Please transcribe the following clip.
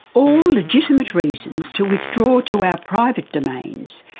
all legitimate reasons to withdraw to our private domains,